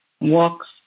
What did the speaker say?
walks